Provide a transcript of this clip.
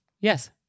Yes